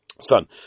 Son